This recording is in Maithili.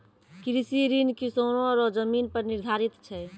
कृषि ऋण किसानो रो जमीन पर निर्धारित छै